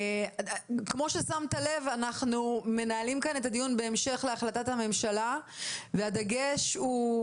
כמו ששמת לב אנחנו מנהלים כאן את הדיון בהמשך להחלטת הממשלה והדגש הוא,